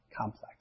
complex